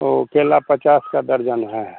तो केला पचास का दर्जन है